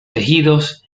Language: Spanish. tejidos